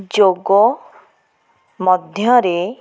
ଯୋଗ ମଧ୍ୟରେ